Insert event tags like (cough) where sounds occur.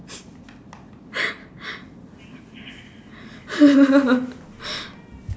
(laughs)